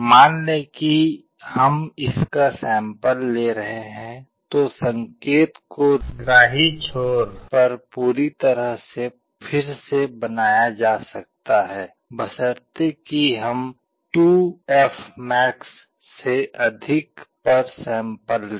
मान लें कि हम इसका सैंपल ले रहे हैं तो संकेत को ग्राही छोर पर पूरी तरह से फिर से बनाया जा सकता है बशर्ते कि हम 2fmax से अधिक पर सैंपल लें